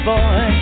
Boy